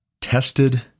tested